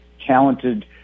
talented